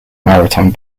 maritime